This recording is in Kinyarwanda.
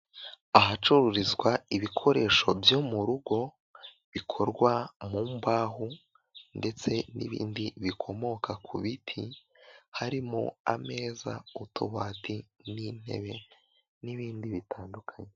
Ahacururizwa ibikoresho byo mu rugo bikorwa mu mbaho ndetse n'ibindi bikomoka ku biti harimo ameza utubati n'intebe n'ibindi bitandukanye.